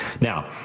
Now